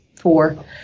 four